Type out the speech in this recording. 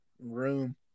room